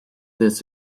this